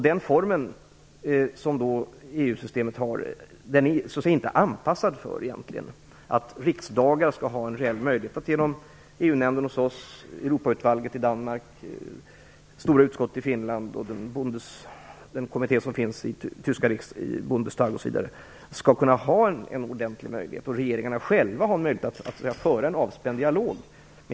Den form som EU-systemet har är egentligen inte anpassad för att riksdagar och regeringar skall ha en reell möjlighet att t.ex. genom EU-nämnden hos oss, Europaudvalget i Danmark, stora utskottet i Finland och den kommitté som finns i Bundestag föra en avspänd dialog.